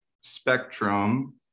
spectrum